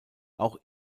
auch